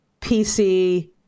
PC